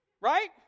right